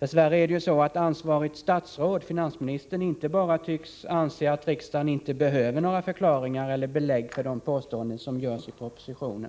Dess värre är det så, att det ansvariga statsrådet — finansministern — inte bara tycks anse att riksdagen inte behöver några förklaringar till eller belägg för de påståenden som görs i propositionen.